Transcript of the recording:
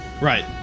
Right